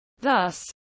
Thus